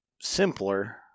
simpler